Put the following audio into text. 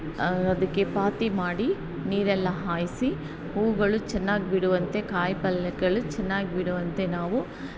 ಅದಕ್ಕೆ ಪಾತಿ ಮಾಡಿ ನೀರೆಲ್ಲಾ ಹಾಯಿಸಿ ಹೂವುಗಳು ಚೆನ್ನಾಗಿ ಬಿಡುವಂತೆ ಕಾಯಿ ಪಲ್ಲೆಗಳು ಚೆನ್ನಾಗಿ ಬಿಡುವಂತೆ ನಾವು